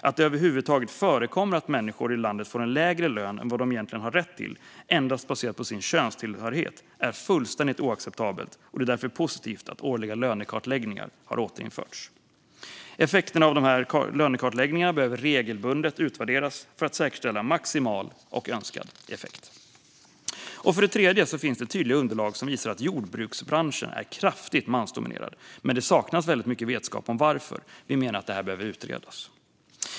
Att det över huvud taget förekommer att människor i landet får en lägre lön än vad de egentligen har rätt till endast baserat på sin könstillhörighet är fullständigt oacceptabelt, och det är därför positivt att årliga lönekartläggningar har återinförts. Effekterna av dessa lönekartläggningar behöver regelbundet utvärderas för att säkerställa maximal och önskad effekt. För det tredje finns tydliga underlag som visar att jordbruksbranschen är kraftigt mansdominerad, men det saknas i stor utsträckning vetskap om varför. Vi menar att detta behöver utredas.